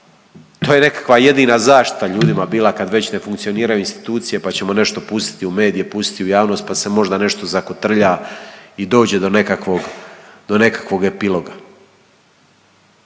To je nekakva jedina zaštita ljudima bila kad već ne funkcioniraju institucije pa ćemo nešto pustiti u medije, pustiti u javnost pa se možda nešto zakotrlja i dođe do nekakvog epiloga.